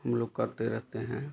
हम लोग करते रहते हैं